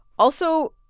also,